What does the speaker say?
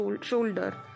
shoulder